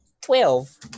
Twelve